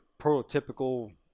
prototypical